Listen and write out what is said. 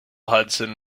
hudson